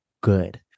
good